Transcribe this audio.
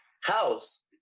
house